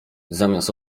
zamiast